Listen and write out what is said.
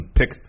pick